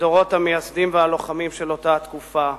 מדורות המייסדים והלוחמים של אותה התקופה.